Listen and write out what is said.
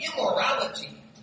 immorality